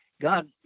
God